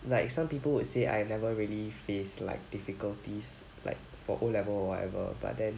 like some people would say I never really face like difficulties like for O level or whatever but then